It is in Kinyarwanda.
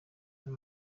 aba